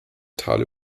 tal